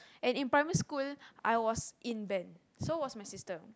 and in primary school I was in Band so was my sister